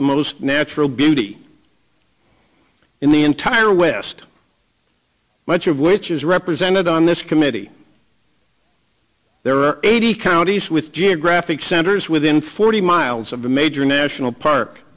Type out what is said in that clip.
the most natural beauty in the entire west much of which is represented on this committee there are eighty counties with geographic centers within forty miles of a major national park